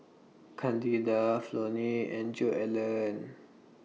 Candida Flonnie and Joellen